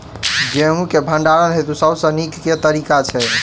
गेंहूँ केँ भण्डारण हेतु सबसँ नीक केँ तरीका छै?